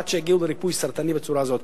עד שיגיעו לריפוי סרטן בצורה הזאת.